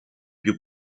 più